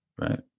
right